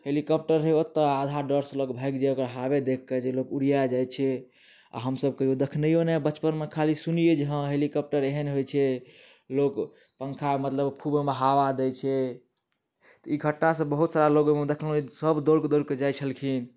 helicopter रहै ओतहुँ आ आधा डर से लोक भागि जाइ हवा देखिके जे लोक उड़िआ जाइत छै आ हम सभ कहियो देखनैयो नहि बचपनमे खाली सुनियै जे हँ हेलीकॉप्टर एहन होइत छै लोक पङ्खा मतलब खूब ओहिमे हवा दै छै ई घटना से बहुत सारा लोक हम देखलहुँ जे सभ दौड़ दौड़के जाइत छलखिन